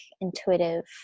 intuitive